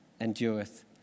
endureth